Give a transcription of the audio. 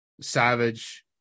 Savage